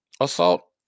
assault